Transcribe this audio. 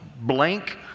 blank